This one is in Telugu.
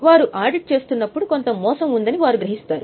వారు ఆడిట్ చేస్తున్నప్పుడు కొంత మోసం ఉందని వారు గ్రహిస్తారు